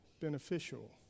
beneficial